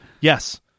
Yes